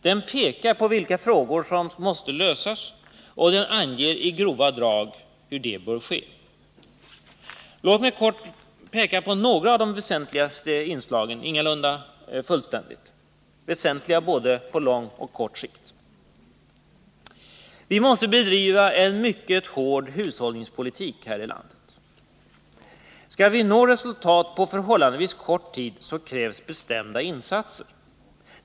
Den pekar på vilka frågor som måste lösas och den anger i grova drag hur det bör ske. Låt mig kort — ingalunda fullständigt — peka på några av de väsentligaste inslagen på både kort och lång sikt. Vi måste bedriva en mycket hård hushållningspolitik här i landet. Skall vi nå resultat på förhållandevis kort tid krävs bestämda insatser.